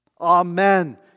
Amen